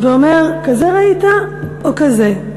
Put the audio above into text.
ואומר, הכזה ראית או כזה".